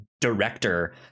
director